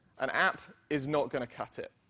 an app is not going to cut it.